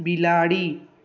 बिलाड़ी